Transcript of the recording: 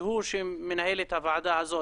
שהוא מנהל את הוועדה הזאת.